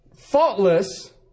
Faultless